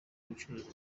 ubucuruzi